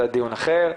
זה דיון אחר.